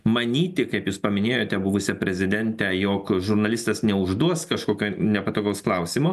manyti kaip jūs paminėjote buvusią prezidentę jog žurnalistas neužduos kažkokio nepatogaus klausimo